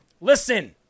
Listen